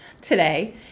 today